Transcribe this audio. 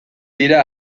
dira